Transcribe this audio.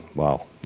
wow.